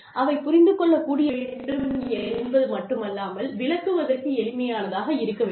அவை புரிந்து கொள்ளக் கூடியதாக இருக்க வேண்டும் என்பது மட்டுமல்லாமல் விளக்குவதற்கு எளிமையானதாக இருக்க வேண்டும்